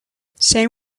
same